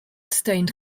stained